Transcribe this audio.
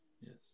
Yes